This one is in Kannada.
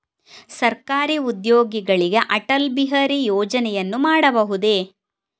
ಸರಕಾರಿ ಉದ್ಯೋಗಿಗಳಿಗೆ ಅಟಲ್ ಬಿಹಾರಿ ಯೋಜನೆಯನ್ನು ಮಾಡಿಸಬಹುದೇ?